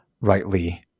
rightly